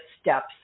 steps